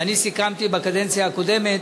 ואני סיכמתי בקדנציה הקודמת